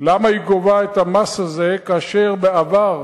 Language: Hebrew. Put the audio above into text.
למה הממשלה גובה את המס הזה, כאשר בעבר,